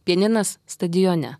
pianinas stadione